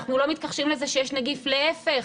אנחנו לא מתכחשים לזה שיש נגיף, להיפך,